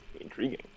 intriguing